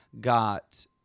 got